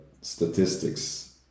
statistics